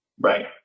Right